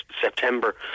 September